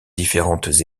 différentes